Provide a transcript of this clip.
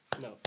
no